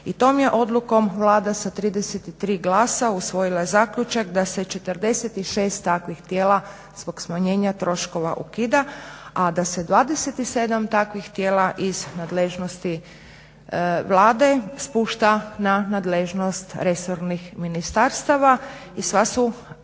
i tom je odlukom Vlada sa 33 glasa usvojila zaključak da se 46 takvih tijela zbog smanjenja troškova ukida a da se 27 takvih tijela iz nadležnosti Vlade spušta nad nadležnost resornih ministarstava i sva su